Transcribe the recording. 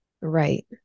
Right